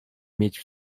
mieć